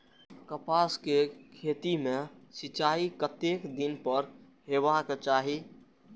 कपास के खेती में सिंचाई कतेक दिन पर हेबाक चाही?